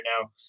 now